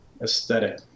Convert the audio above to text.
aesthetic